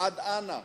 עד אנה?